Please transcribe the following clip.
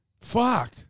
Fuck